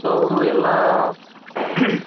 so ಅವರು ಎಲ್ಲ